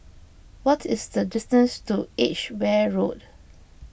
what is the distance to Edgeware Road